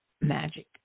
magic